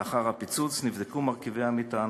לאחר הפיצוץ נבדקו מרכיבי המטען,